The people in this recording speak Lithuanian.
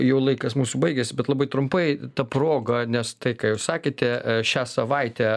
jau laikas mūsų baigėsi bet labai trumpai ta proga nes tai ką jūs sakėte šią savaitę